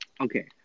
Okay